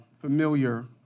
familiar